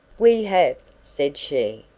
we have! said she,